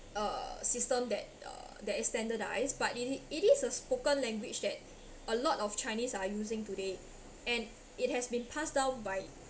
uh system that uh that is standardized but it it is a spoken language that a lot of chinese are using today and it has been passed down by